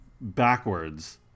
backwards